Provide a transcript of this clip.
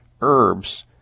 herbs